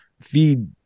feed